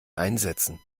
einsetzen